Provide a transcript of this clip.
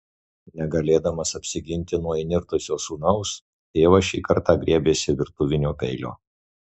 negalėdamas apsiginti nuo įnirtusio sūnaus tėvas šį kartą griebėsi virtuvinio peilio